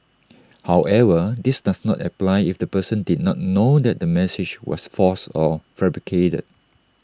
however this does not apply if the person did not know that the message was false or fabricated